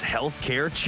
Healthcare